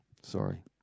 Sorry